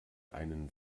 einen